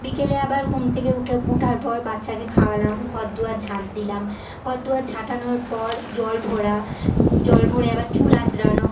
বিকেলে আবার ঘুম থেকে উঠে উঠার পর বাচ্চাকে খাওয়ালাম ঘর দুয়ার ঝাঁট দিলাম ঘর দুয়ার ঝাঁটানোর পর জল ভরা জল ভরে আবার চুল আঁচড়ানো